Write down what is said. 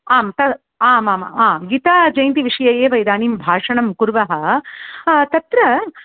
आं तद् आमामाम् आं गीताजयन्ती विषये एव इदानीं भाषणं कुर्वः तत्र